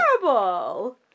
horrible